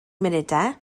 munudau